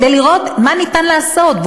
כדי לראות מה אפשר לעשות,